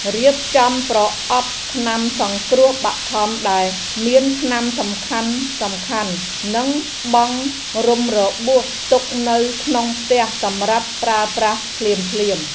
រៀបចំប្រអប់ថ្នាំសង្គ្រោះបឋមដែលមានថ្នាំសំខាន់ៗនិងបង់រុំរបួសទុកនៅក្នុងផ្ទះសម្រាប់ប្រើប្រាស់ភ្លាមៗ។